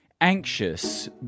anxious